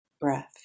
breath